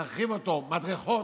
מדרכות.